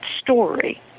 story